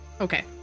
okay